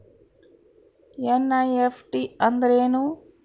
NEFT ಅಂದ್ರೆನು?